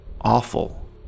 awful